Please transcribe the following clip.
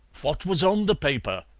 what was on the paper?